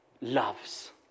loves